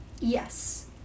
Yes